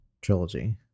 trilogy